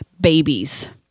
babies